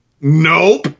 Nope